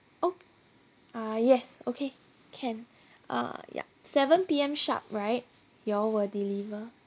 oh ah yes okay can uh yup seven P_M sharp right you'll will deliver